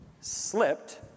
slipped